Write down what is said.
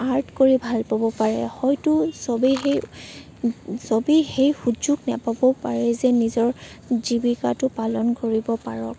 art কৰি ভাল পাব পাৰে হয়তো সবেই সেই সবেই সেই সুযোগ নাপাবও পাৰে যে নিজৰ জীৱিকাটো পালন কৰিব পাৰক